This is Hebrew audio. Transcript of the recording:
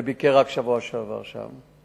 ורק בשבוע שעבר ביקר שם,